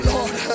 Lord